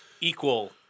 equal